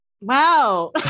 wow